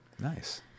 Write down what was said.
Nice